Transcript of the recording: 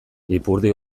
ipurdi